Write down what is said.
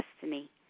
destiny